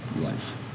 life